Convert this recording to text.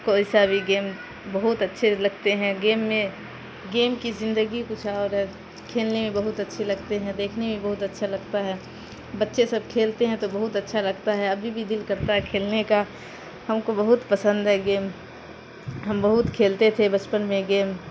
کوئی سا بھی گیم بہت اچھے لگتے ہیں گیم میں گیم کی زندگی کچھ اور ہے کھیلنے میں بہت اچھے لگتے ہیں دیکھنے میں بہت اچھا لگتا ہے بچے سب کھیلتے ہیں تو بہت اچھا لگتا ہے ابھی بھی دل کرتا ہے کھیلنے کا ہم کو بہت پسند ہے گیم ہم بہت کھیلتے تھے بچپن میں گیم